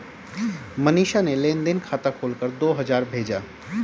मनीषा ने लेन देन खाता खोलकर दो हजार भेजा